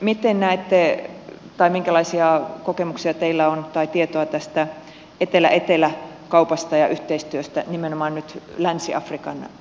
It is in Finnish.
minkälaisia kokemuksia tai tietoa teillä on tästä eteläetelä kaupasta ja yhteistyöstä nimenomaan nyt länsi afrikan osalta